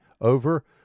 over